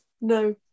No